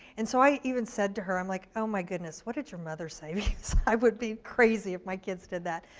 and so i even said to her, um like oh my goodness, what did your mother say, because i would be crazy if my kids did that.